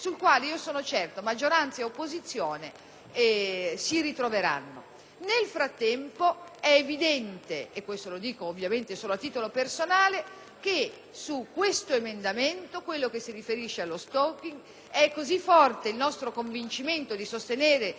Nel frattempo, è evidente - e questo lo dico ovviamente solo a titolo personale - che su questo emendamento che si riferisce allo *stalking* è molto forte il nostro convincimento di sostenere gli sforzi che anche il Governo sta compiendo, e cioè il ministro Carfagna.